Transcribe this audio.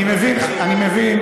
אני מבין,